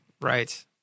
right